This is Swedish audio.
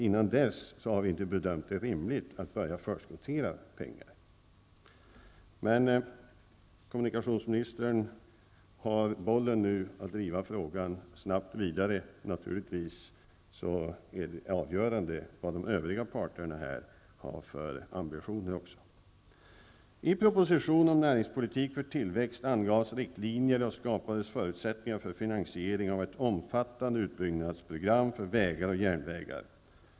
Innan dess har vi inte bedömt det vara rimligt att börja förskottera pengar. Men kommunikationsministern har nu bollen att snabbt driva frågan vidare. Naturligtvis är även de övriga parternas ambitioner avgörande. I propositionen om näringspolitik för tillväxt angavs riktlinjer och skapades förutsättningar för finansiering av ett omfattande utbyggnadsprogram för vägar och järnvägar.